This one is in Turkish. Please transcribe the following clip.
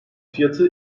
fiyatı